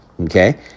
Okay